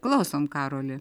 klausom karoli